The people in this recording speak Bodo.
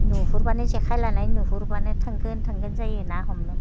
नुहुरब्लानो जेखाइ लानाय नुहुरब्लानो थांगोन थांगोन जायो ना हमनो